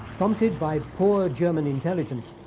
prompted by poor german intelligence,